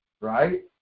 right